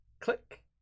Click